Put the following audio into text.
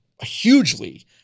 hugely